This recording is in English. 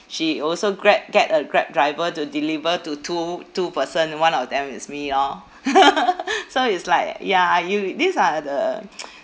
she also grab get a grab driver to deliver to two two person one of them is me lor so it's like ya you these are the